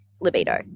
libido